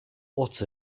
what